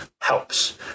helps